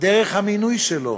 דרך המינוי שלו